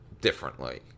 differently